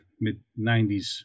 mid-90s